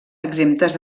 exemptes